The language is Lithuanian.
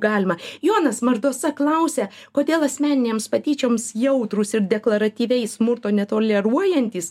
galima jonas mardosa klausia kodėl asmeninėms patyčioms jautrūs ir deklaratyviai smurto netoleruojantys